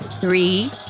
Three